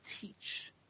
teach